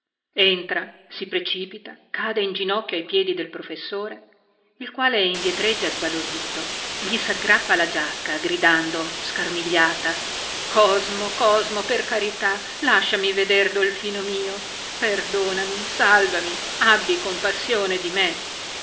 entra si precipita cade in ginocchio ai piedi del professore il quale indietreggia sbalordito gli saggrappa all giacca gridando scarmigliata cosmo cosmo per carità lasciami veder dolfino mio perdonami salvami abbi compassione di me